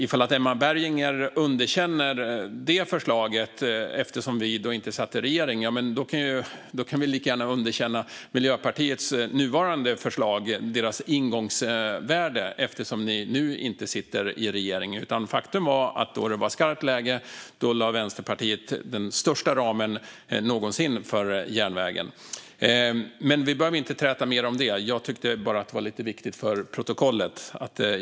Ifall Emma Berginger underkänner det förslaget eftersom vi inte satt i regering kan vi lika gärna underkänna Miljöpartiets nuvarande förslag - deras ingångsvärde - eftersom Miljöpartiet nu inte sitter i regering. Faktum är att Vänsterpartiet då det var skarpt läge lade den största ramen någonsin för järnvägen. Men vi behöver inte träta mer om det. Jag tyckte bara att det var av viss vikt för protokollet.